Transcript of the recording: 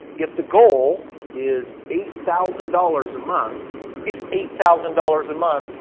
if the goal is eight thousand dollars a month, is eight thousand dollars a month,